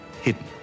hidden